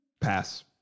pass